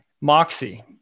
Moxie